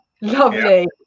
lovely